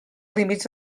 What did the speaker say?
límits